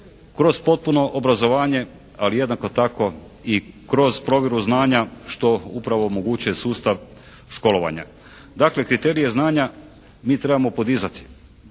kroz potpuno obrazovanje ali jednako tako i kroz provjeru znanja što upravo omogućuje sustav školovanja. Dakle kriterije znanja mi trebamo podizati,